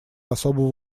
особого